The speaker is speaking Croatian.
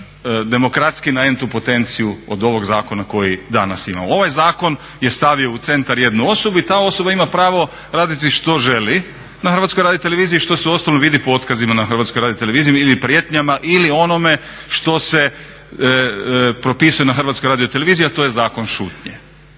bio demokratskiji na entu potenciju od ovog zakona koji danas imamo. Ovaj zakon je stavio u centar jednu osobu i ta osoba ima pravo raditi što želi na HRT-u što se uostalom vidi po otkazima na HRT-u ili prijetnjama ili onome što se propisuje na HRT-u a to je zakon šutnje.